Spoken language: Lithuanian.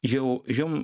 jau jum